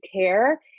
care